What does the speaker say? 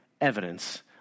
evidence